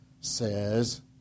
says